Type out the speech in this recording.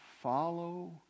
follow